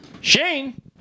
Shane